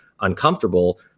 uncomfortable